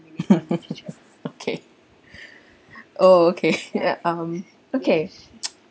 okay oh okay ya um okay